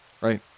right